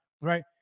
right